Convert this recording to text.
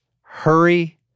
hurry